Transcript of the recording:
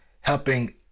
helping